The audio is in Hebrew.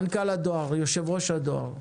מנכ"ל הדואר, בבקשה.